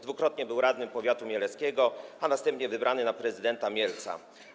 Dwukrotnie był radnym powiatu mieleckiego, a następnie został wybrany na prezydenta Mielca.